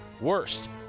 worst